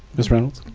ms reynolds.